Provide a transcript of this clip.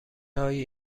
هایی